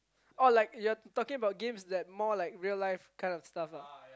oh like you are talking about games that more like real life kind of stuffs ah